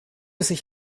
sich